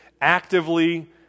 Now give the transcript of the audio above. actively